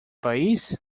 país